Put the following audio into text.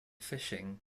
fishing